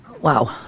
Wow